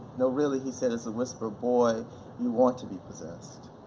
no really, he said as a whisper, boy you want to be possessed.